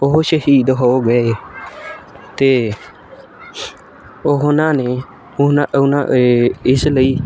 ਉਹ ਸ਼ਹੀਦ ਹੋ ਗਏ ਅਤੇ ਉਹਨਾਂ ਨੇ ਉਹਨਾਂ ਉਹਨਾਂ ਏ ਇਸ ਲਈ